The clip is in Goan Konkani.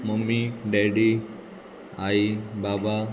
मम्मी डॅडी आई बाबा